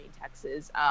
Texas